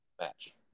match